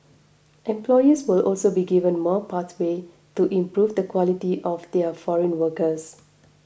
employers will also be given more pathways to improve the quality of their foreign workers